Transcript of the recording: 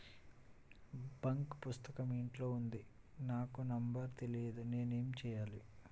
Bank పుస్తకం ఇంట్లో ఉంది నాకు నంబర్ తెలియదు నేను ఏమి చెయ్యాలి?